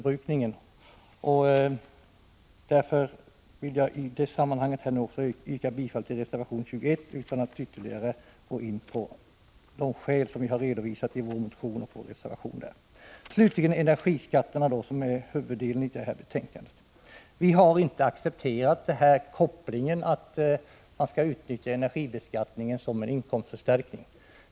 Jag vill därför i detta sammanhang yrka bifall också till reservation 21 utan att ytterligare gå in på de skäl som vi har redovisat i vår motion och vår reservation på den punkten. Slutligen vill jag ta upp frågan om energiskatterna, som utgör huvuddelen i detta betänkande. Vi har inte accepterat den koppling som innebär att man skall utnyttja energibeskattningen som en inkomstförstärkning.